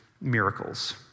miracles